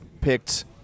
picked